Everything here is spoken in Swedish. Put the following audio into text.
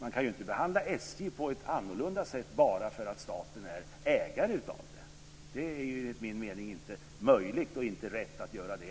Man kan ju inte behandla SJ på ett annorlunda sätt bara därför att staten är ägare av det. Enligt min mening är det inte möjligt och heller inte rätt att göra det.